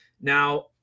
now